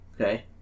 Okay